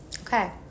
Okay